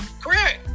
Correct